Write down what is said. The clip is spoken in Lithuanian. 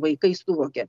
vaikai suvokia